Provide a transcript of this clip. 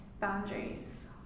boundaries